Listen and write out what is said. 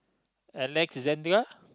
Alexandra